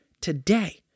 today